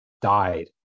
died